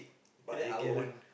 buy again lah